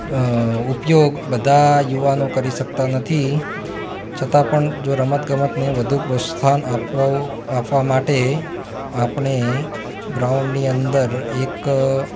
અ ઉપયોગ બધા યુવાનો કરી શકતા નથી છતાં પણ જો રમત ગમતને વધુ પ્રોત્સાહન આપવો આપવા માટે આપણે ગ્રાઉન્ડની અંદર એક